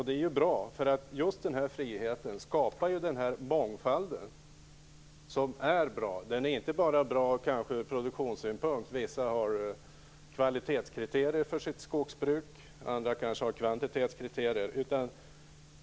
Det är bra, därför att just den friheten skapar den mångfald som är bra. Den kanske inte bara är bra från produktionssynpunkt. Vissa har kvalitetskriterier för sitt skogsbruk, och andra kanske har kvantitetskriterier.